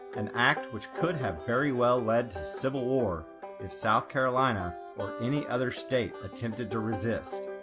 an act which could have very well led to civil war if south carolina or any other state attempted to resist.